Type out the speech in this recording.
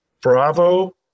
Bravo